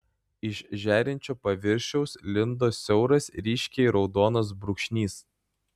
iš žėrinčio paviršiaus lindo siauras ryškiai raudonas brūkšnys